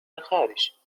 الخارج